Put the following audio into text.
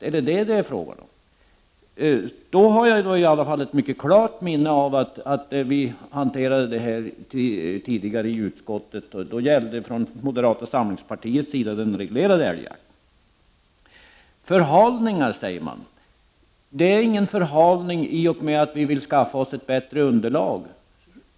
Om så är fallet vill jag säga att jag har ett mycket klart minne av att när vi tidigare diskuterade detta i utskottet förordade moderata samlingspartiet den reglerade älgjakten. Det talas här om förhalningar. Men det innebär ju ingen förhalning att vi vill skaffa oss ett bättre underlag.